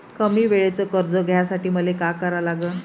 कमी वेळेचं कर्ज घ्यासाठी मले का करा लागन?